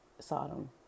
Sodom